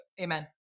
Amen